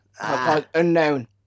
Unknown